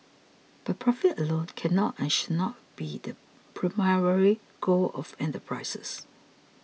but profit alone cannot and should not be the primary goal of enterprises